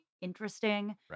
interesting